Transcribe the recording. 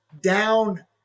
down